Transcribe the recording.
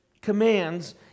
commands